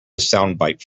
soundbite